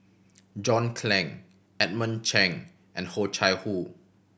John Clang Edmund Cheng and Ho Chai Hoo